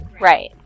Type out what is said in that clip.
Right